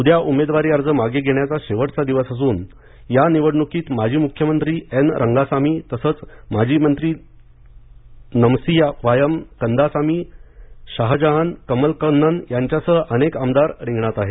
उद्या उमेदवारी अर्ज मागे घेण्याचा शेवटचा दिवस असून या निवडणुकीत माजी मुख्यमंत्री एन रंगासामी तसंच माजी मंत्री नमसीवायम कंदासामी शाहजहान कमलकन्नन यांच्यासह अनेक आमदार रिंगणात आहेत